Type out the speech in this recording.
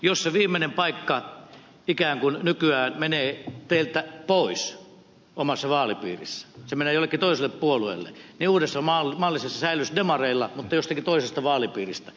jos se viimeinen paikka ikään kuin nykyään menee teiltä pois omassa vaalipiirissänne se menee jollekin toiselle puolueelle niin uudessa mallissa se säilyisi demareilla mutta jostakin toisesta vaalipiiristä